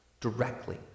directly